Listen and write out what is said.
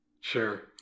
Sure